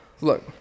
look